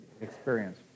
experience